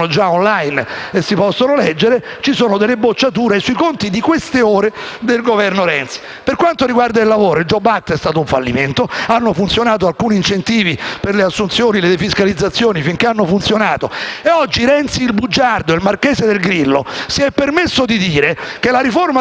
Grazie a